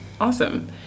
Awesome